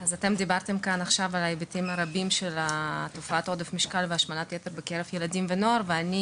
אז דיברתם כאן עכשיו על תופעת עודף המשקל בקרב ילדים ונוער ואני